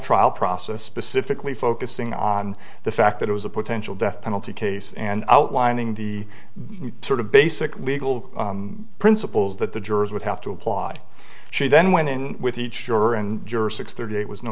trial process specifically focusing on the fact that it was a potential death penalty case and outlining the sort of basic legal principles that the jurors would have to apply she then went in with each juror and juror six thirty eight was no